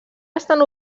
estan